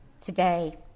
Today